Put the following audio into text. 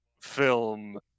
film